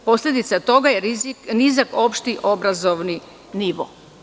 Posledica toga je nizak opšti obrazovni nivo.